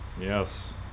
Yes